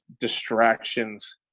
distractions